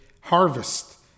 harvest